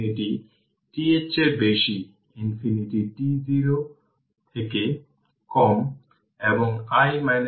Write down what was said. সুতরাং এখানেও iC i t কারণ iC i t 0 এটি KCL এর একটি ক্লোজ কেস